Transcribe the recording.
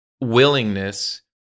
willingness